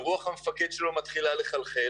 ורוח המפקד שלו מתחילה לחלחל,